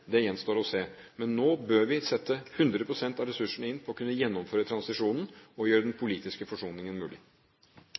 gjenstår å se. Men nå bør vi sette 100 pst. av ressursene inn for å kunne gjennomføre transisjonen og gjøre den